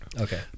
Okay